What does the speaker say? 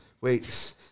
Wait